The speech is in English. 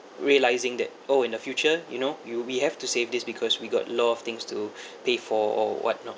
realising that oh in the future you know you'll be have to save this because we got a lot of things to pay for or whatnot